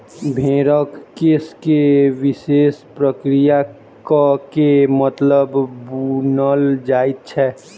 भेंड़क केश के विशेष प्रक्रिया क के कम्बल बुनल जाइत छै